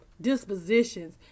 dispositions